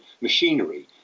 machinery